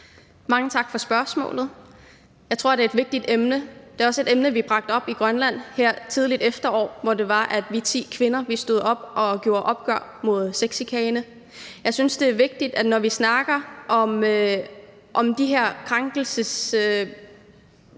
Mange tak for spørgsmålet. Jeg tror, det er et vigtigt emne. Det er også et emne, vi bragte op i Grønland her i det tidlige efterår, hvor vi var ti kvinder, der stod op og gjorde oprør mod sexchikane. Jeg synes, det er vigtigt, at når vi snakker om den, hvad skal